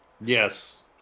Yes